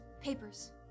papers